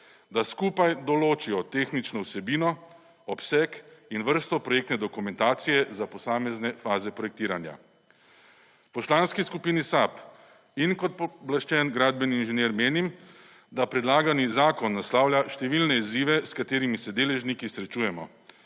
(Nadaljevanje) obseg in vrsto projektne dokumentacije za posamezne faze projektiranja. V Poslanski skupini SAB in kot pooblaščen gradbeni inženir menim, da predlagani zakon naslavlja številne izzive s katerimi se deležniki srečujemo.